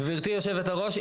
גברתי יושבת הראש,